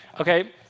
Okay